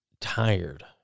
tired